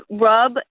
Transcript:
rub